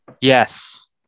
Yes